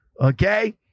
Okay